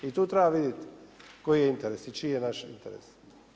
I tu treba vidjeti koji je interes i čiji je naš interes.